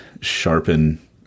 sharpen